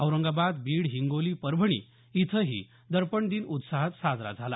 औरंगाबाद बीड हिंगोली परभणी इथंही दर्पण दिन उत्साहात साजरा झाला